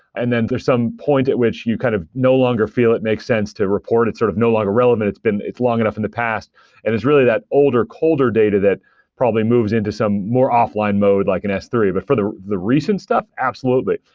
and then there's some point at which you kind of no longer feel it makes sense to report. it's sort of no longer relevant. it's long enough in the past and it's really that older, colder data that probably moves into some more offline mode, like in s three. but for the the recent stuff, absolutely.